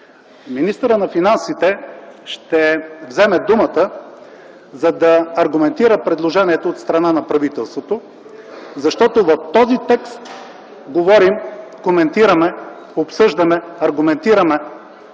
министърът на финансите ще вземе думата, за да аргументира предложението от страна на правителството. Защото в този текст говорим, коментираме, обсъждаме, аргументираме